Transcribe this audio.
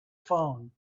phone